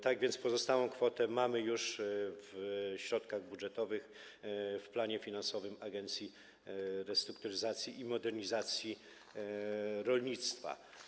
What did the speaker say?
Tak więc pozostałą kwotę mamy już w środkach budżetowych, w planie finansowym Agencji Restrukturyzacji i Modernizacji Rolnictwa.